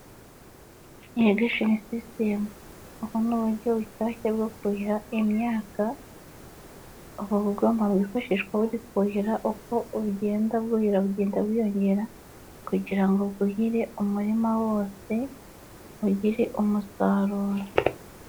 Irrigation system ubu ni uburyo bushyashya bwo kuhira imyaka, ubu bugomba kwifashishwa buri kuhira uko ugenda burira bugenda bwiyongera kugira ngo bwuhire umurima wose bugire umusaruro.